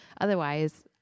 otherwise